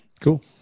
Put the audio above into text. cool